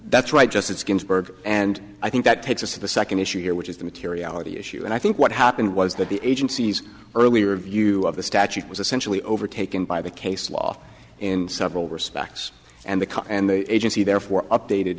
that's right justice ginsburg and i think that takes us to the second issue here which is the materiality issue and i think what happened was that the agency's earlier view of the statute was essentially overtaken by the case law in several respects and the car and the agency therefore updated